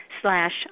slash